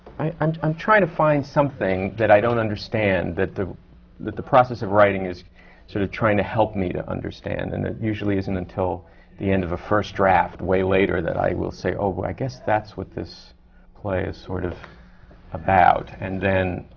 and i'm trying to find something that i don't understand, that the that the process of writing is sort of trying to help me to understand. and it usually isn't until the end of a first draft, way later, that i will say, oh, well, i guess that's what this play is sort of about. and then,